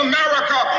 America